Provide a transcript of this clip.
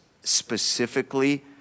specifically